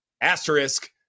asterisk